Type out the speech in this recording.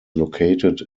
located